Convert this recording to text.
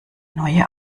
neue